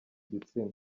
gitsina